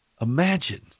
Imagine